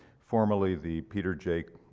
formerly the peter j.